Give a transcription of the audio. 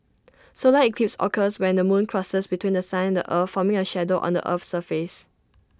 solar eclipses occurs when the moon crosses between The Sun the earth forming A shadow on the Earth's surface